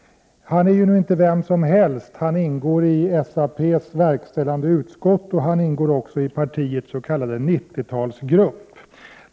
Stig Malm är inte vem som helst. Han ingår i SAP:s verkställande utskott och han ingår i partiets s.k. 90-talsgrupp.